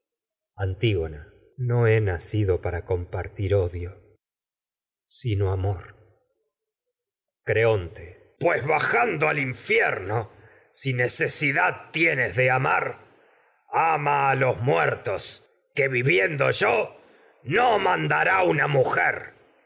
antígona no he nacido para compartir odio sino amor crbonte tienes pues bajando a al infierno que si necesidad yo de amar una ama los muertos viviendo no mandará mujer